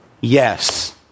Yes